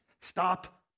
stop